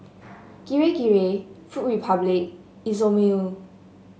Kirei Kirei Food Republic Isomil